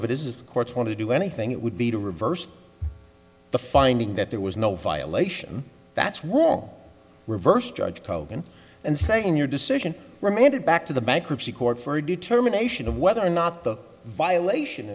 it is the courts want to do anything it would be to reverse the finding that there was no violation that's wrong reversed judge hogan and say in your decision remanded back to the bankruptcy court for a determination of whether or not the violation